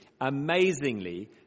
amazingly